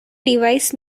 device